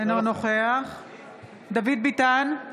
אינו נוכח דוד ביטן,